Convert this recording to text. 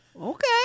okay